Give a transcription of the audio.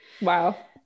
Wow